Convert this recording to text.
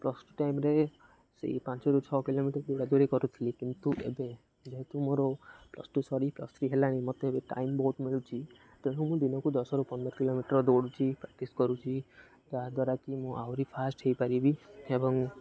plus two ଟାଇମ୍ରେ ସେଇ ପାଞ୍ଚରୁ ଛଅ କିଲୋମିଟର ଦୌଡ଼ାଦୌଡ଼ି କରୁଥିଲି କିନ୍ତୁ ଏବେ ଯେହେତୁ ମୋର ପ୍ଲସ୍ ଟୁ ସରି ପ୍ଲସ୍ ଥ୍ରୀ ହେଲାଣି ମୋତେ ଏବେ ଟାଇମ୍ ବହୁତ ମିଳୁଛି ତେଣୁ ମୁଁ ଦିନକୁ ଦଶରୁ ପନ୍ଦର କିଲୋମିଟର ଦୌଡ଼ୁଛି ପ୍ରାକ୍ଟିସ୍ କରୁଛି ଯାହାଦ୍ୱାରା କି ମୁଁ ଆହୁରି ଫାର୍ଷ୍ଟ ହୋଇପାରିବି ଏବଂ